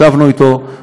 ישבנו אתו,